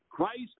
Christ